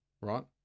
right